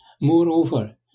Moreover